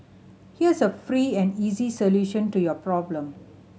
here's a free and easy solution to your problem